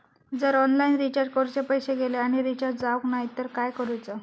जर online recharge करून पैसे गेले आणि रिचार्ज जावक नाय तर काय करूचा?